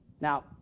Now